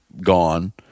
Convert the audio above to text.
gone